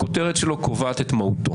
הכותרת שלו קובעת את מהותו.